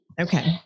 Okay